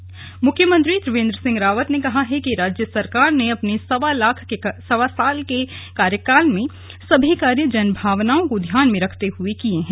कार्यक्रम मुख्यमंत्री त्रिवेन्द्र सिंह रावत ने कहा है कि राज्य सरकार ने अपने सवा साल के कार्यकाल में सभी कार्य जनभावनाओं को ध्यान में रखते हुए किए हैं